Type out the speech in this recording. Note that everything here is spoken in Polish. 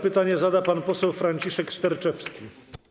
Pytanie zada pan poseł Franciszek Sterczewski.